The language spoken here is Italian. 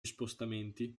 spostamenti